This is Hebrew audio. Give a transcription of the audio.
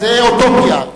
זו אוטופיה.